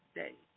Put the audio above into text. day